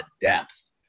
depth